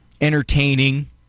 entertaining